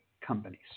companies